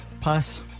pass